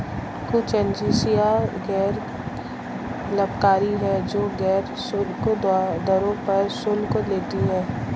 कुछ एजेंसियां गैर लाभकारी हैं, जो गैर शुल्क दरों पर शुल्क लेती हैं